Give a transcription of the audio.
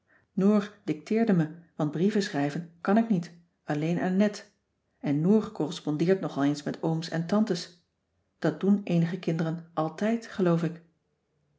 noor dicteerde me want brievenschrijven kan ik niet alleen aan net en noor correspondeert nog al eens met ooms en tantes dat doen eenige kinderen altijd geloof ik